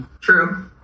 True